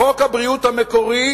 בחוק הבריאות המקורי